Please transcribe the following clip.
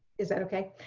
is that okay?